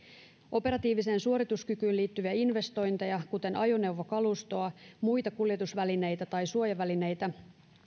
operatiiviseen suorituskykyyn liittyviä investointeja kuten ajoneuvokalustoa muita kuljetusvälineitä tai suojavälineitä